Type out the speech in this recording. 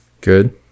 Good